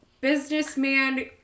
businessman